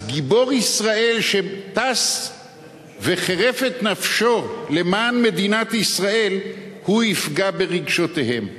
אז גיבור ישראל שטס וחירף את נפשו למען מדינת ישראל הוא יפגע ברגשותיהם.